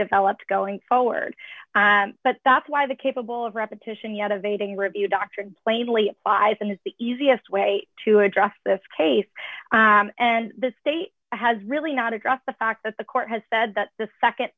developed going forward but that's why the capable of repetition yet evading review doctrine plainly applies and is the easiest way to address this case and the state has really not addressed the fact that the court has said that the